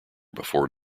before